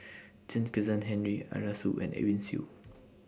Chen Kezhan Henri Arasu and Edwin Siew